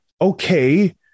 okay